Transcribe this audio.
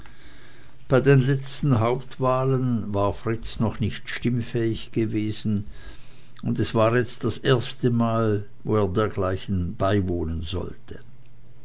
bei den letzten hauptwahlen war fritz noch nicht stimmfähig gewesen und es war jetzt das erste mal wo er dergleichen beiwohnen sollte